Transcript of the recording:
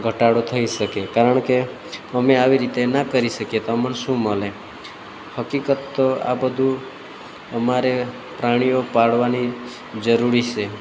ઘટાડો થઈ શકે કારણ કે અમે આવી રીતે ના કરી શકીએ તો અમને શું મળે હકીકત તો આ બધું અમારે પ્રાણીઓ પાળવાની જરૂરી છે